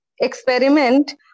experiment